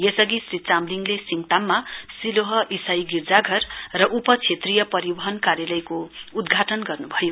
यसअघि श्री चामलिङले सिङकताममा सिलोह ईसाई गिर्जाघर र उप क्षेत्रीय परिवहन कार्यलयको उद्घाटन गर्न्भयो